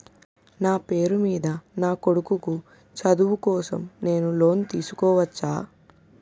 నా పేరు మీద నా కొడుకు చదువు కోసం నేను లోన్ తీసుకోవచ్చా?